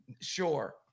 sure